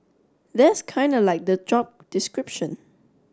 that's kinda like the job description